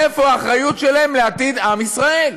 איפה האחריות שלהם לעתיד עם ישראל?